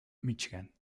míchigan